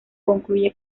concluye